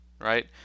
right